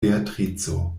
beatrico